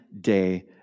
day